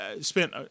spent